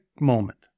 moment